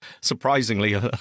surprisingly